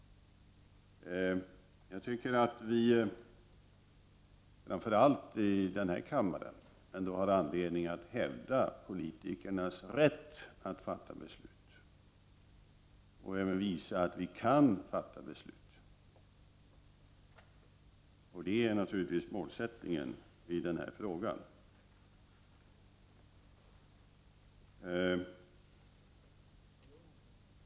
Jag tycker att vi, framför allt i den här kammaren, ändå har anledning att hävda politikernas rätt att fatta beslut och även visa att vi kan fatta beslut, vilket naturligtvis är målsättningen i den här frågan.